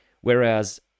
Whereas